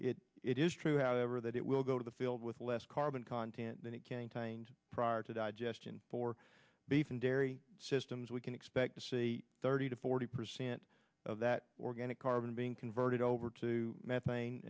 it it is true however that it will go to the field with less carbon content than it can find prior to digestion for beef and dairy systems we can expect to see thirty to forty percent of that organic carbon being converted over to methane